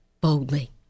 boldly